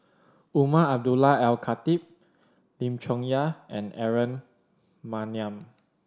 Umar Abdullah Al Khatib Lim Chong Yah and Aaron Maniam